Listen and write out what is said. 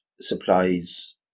supplies